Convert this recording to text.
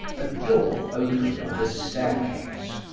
a door opened on the staircase,